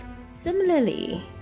similarly